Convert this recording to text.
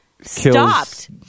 stopped